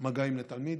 מגעים לתלמיד.